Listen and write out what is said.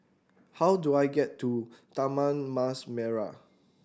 how do I get to Taman Mas Merah